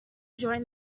join